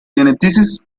geneticist